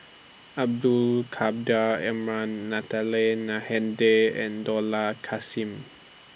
Abdul Natalie Na Hennedige and Dollah Kassim